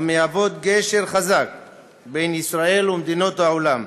המהוות גשר חזק בין ישראל ומדינות העולם,